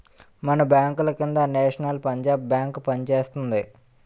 మన బాంకుల కింద నేషనల్ పంజాబ్ బేంకు పనిచేస్తోంది